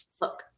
Look